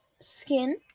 skin